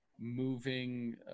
moving